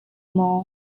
maw